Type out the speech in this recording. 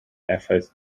effaith